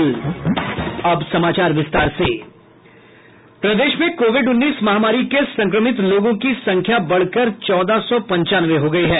प्रदेश में कोविड उन्नीस महामारी के संक्रमित लोगों की संख्या बढ़कर चौदह सौ पंचानवे हो गयी है